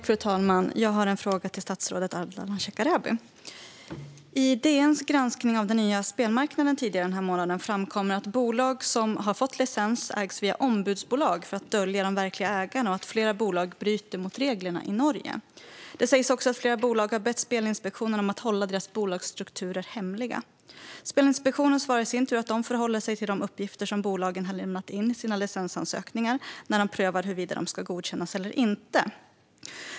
Fru talman! Jag har en fråga till statsrådet Ardalan Shekarabi. I DN:s granskning av den nya spelmarknaden tidigare denna månad framkom att bolag som har fått licens ägs via ombudsbolag för att dölja de verkliga ägarna och att flera bolag bryter mot reglerna i Norge. Det sägs också att flera bolag har bett Spelinspektionen att hålla deras bolagsstrukturer hemliga. Spelinspektionen svarar i sin tur att de förhåller sig till de uppgifter som bolagen har lämnat in i sina licensansökningar när de prövar huruvida dessa ska godkännas eller inte.